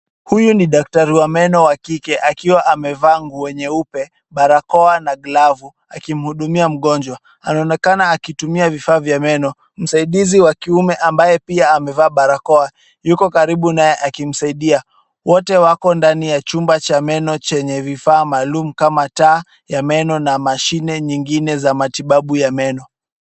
Huyu ni daktari wa meno wa kike akiwa amevaa nguo nyeupe, barakoa na glavu akimhudumia mgonjwa. Anaonekana akitumia vifaa vya meno. Msaidizi wa kiume ambaye pia amevaa barakoa yuko karibu naye akimsaidia. Wote wako ndani ya chumba cha meno chenye vifaa maalum kama taa ya meno na mashine nyingine za matibabu ya meno.